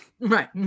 Right